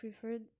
preferred